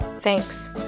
Thanks